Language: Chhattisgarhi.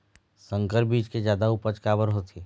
संकर बीज के जादा उपज काबर होथे?